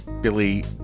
Billy